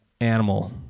animal